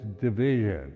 division